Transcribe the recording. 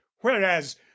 whereas